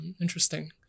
Interesting